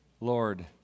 Lord